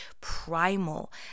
primal